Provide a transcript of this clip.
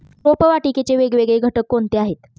रोपवाटिकेचे वेगवेगळे घटक कोणते आहेत?